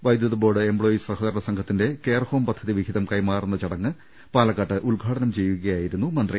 വൈദ്യുത board employees സഹകരണ സംഘത്തിന്റെ കെയർഹോം പദ്ധതി വിഹിതം കൈമാറുന്ന ചടങ്ങ് പാലക്കാട്ട് ഉദ്ഘാടനം ചെയ്യുകയായിരുന്നു മന്ത്രി